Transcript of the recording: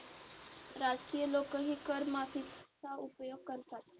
राजकीय लोकही कर माफीचा उपयोग करतात